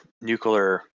nuclear